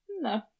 No